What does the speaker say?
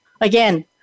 Again